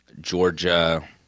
Georgia